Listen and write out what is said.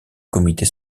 comités